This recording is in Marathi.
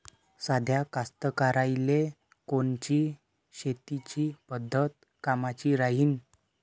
साध्या कास्तकाराइले कोनची शेतीची पद्धत कामाची राहीन?